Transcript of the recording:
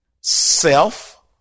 self